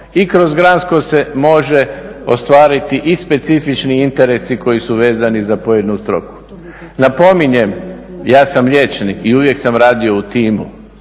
i kroz gransko se može ostvariti i specifični interesi koji su vezani za pojedinu struku. Napominjem, ja sam liječnik i uvijek sam radio u timu,